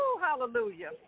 Hallelujah